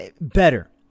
better